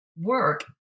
work